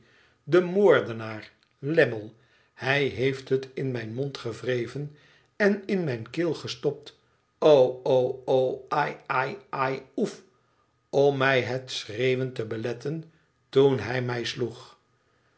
de moordenaar lammie hij heeft het in mijn mond gewreven en in mijne keel gestopt ooi oo oo ai ai ai oef om mij het schreeuwen te beletten toen hij mij sloeg